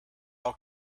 all